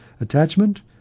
attachment